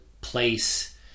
place